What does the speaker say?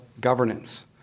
governance